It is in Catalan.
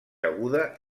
aguda